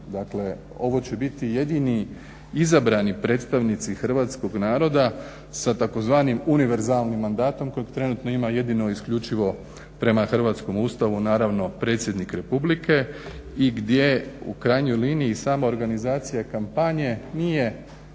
dakle ovo će biti jedini izabrani predstavnici hrvatskog naroda sa tzv. univerzalnim mandatom kojeg trenutno ima jedino isključivo prema hrvatskom Ustavu naravno predsjednik republike i gdje u krajnjoj liniji i same organizacije kompanije nije identična